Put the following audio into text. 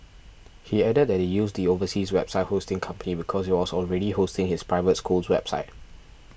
he added that they used the overseas website hosting company because it was already hosting his private school's website